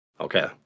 Okay